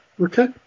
okay